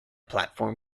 platform